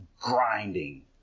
grinding